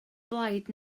blaid